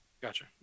Gotcha